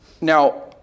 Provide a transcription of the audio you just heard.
Now